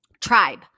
Tribe